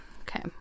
Okay